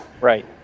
Right